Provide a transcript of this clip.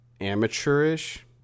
amateurish